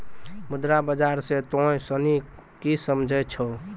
मुद्रा बाजार से तोंय सनि की समझै छौं?